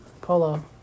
Polo